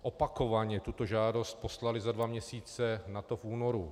Opakovaně tuto žádost poslali za dva měsíce nato, v únoru.